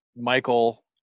Michael